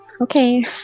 Okay